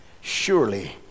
Surely